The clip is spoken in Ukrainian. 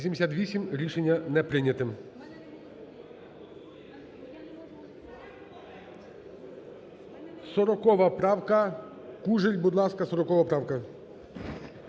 Рішення не прийняте.